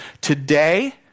Today